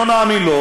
לא נאמין לו.